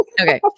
Okay